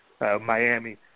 Miami